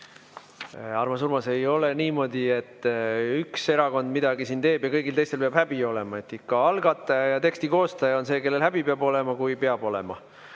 Armas Urmas! Ei ole niimoodi, et üks erakond midagi siin teeb ja kõigil teistel peab häbi olema. Ikka algataja ja teksti koostaja on see, kellel häbi peab olema, kui peab olema.